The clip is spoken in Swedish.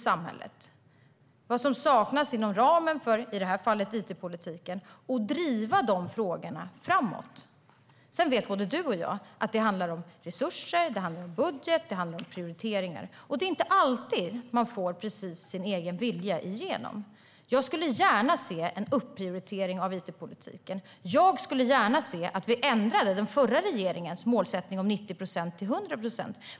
Sedan, Erik Ottoson, vet både du och jag att det handlar om resurser, budgetar och prioriteringar. Det är inte alltid man får sin personliga vilja igenom. Jag skulle gärna se en upprioritering av it-politiken. Jag skulle gärna se att vi ändrade den förra regeringens målsättning om 90 procent till 100 procent.